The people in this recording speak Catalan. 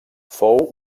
fou